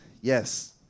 Yes